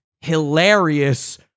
hilarious